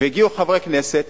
הגיעו חברי כנסת